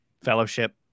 fellowship